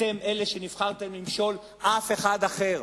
אתם אלה שנבחרו למשול, ולא אף אחד אחר.